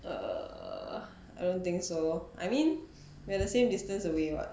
err I don't think so lor I mean we are the same distance away [what]